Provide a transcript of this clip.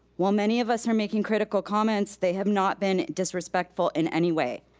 while many of us our making critical comments, they have not been disrespectful in any way.